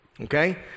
Okay